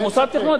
במוסד תכנון,